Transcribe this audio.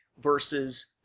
versus